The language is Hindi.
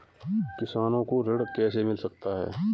किसानों को ऋण कैसे मिल सकता है?